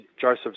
Joseph